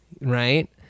Right